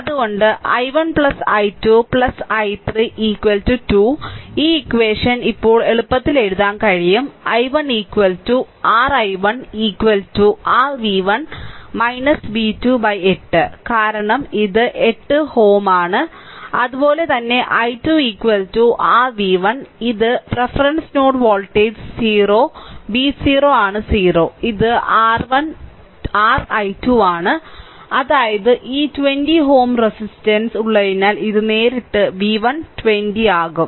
അതിനാൽ i1 i 2 i3 2 ഈ equation ഇപ്പോൾ എളുപ്പത്തിൽ എഴുതാൻ കഴിയും i1 r i1 r v1 v2 by 8 കാരണം ഇത് 8 is ആണ് അതുപോലെ തന്നെ i 2 r v1 ഈ റഫറൻസ് നോഡ് വോൾട്ടേജ് 0 v 0 ആണ് 0 ഇത് ri 2 അതായത് ഈ 20 Ω റെസിസ്റ്റൻസ് ഉള്ളതിനാൽ ഇത് നേരിട്ട് v1 20 ആകും